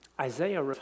Isaiah